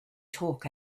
talk